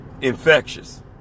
infectious